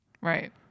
Right